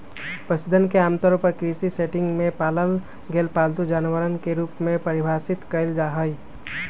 पशुधन के आमतौर पर कृषि सेटिंग में पालल गेल पालतू जानवरवन के रूप में परिभाषित कइल जाहई